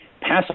Pass